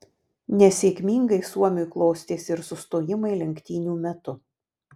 nesėkmingai suomiui klostėsi ir sustojimai lenktynių metu